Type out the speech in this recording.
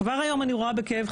כבר היום אני רואה בכאב,